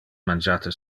mangiate